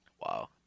Wow